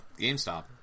GameStop